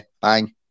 bang